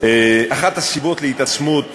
אחת הסיבות להתעצמות